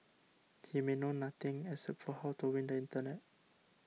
he may know nothing except for how to win the internet